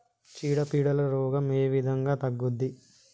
చీడ పీడల రోగం ఏ విధంగా తగ్గుద్ది?